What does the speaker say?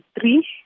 three